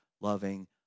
loving